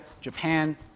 Japan